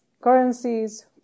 currencies